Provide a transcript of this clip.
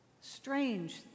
Strange